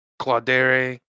Claudere